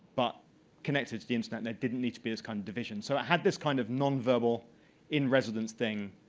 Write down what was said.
but connected to the internet, and it didn't need to be this kind of division, so it had this kind of nonverbal in residence thing,